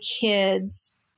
kids